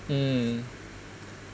mm